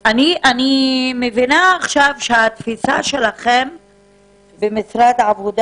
אני מבינה עכשיו שהתפיסה שלכם במשרד העבודה